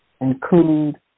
include